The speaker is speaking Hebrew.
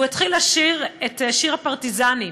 הוא התחיל לשיר את שיר הפרטיזנים.